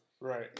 Right